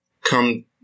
come